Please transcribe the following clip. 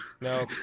No